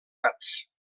gats